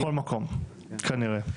בכל מקום, כנראה.